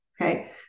Okay